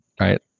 Right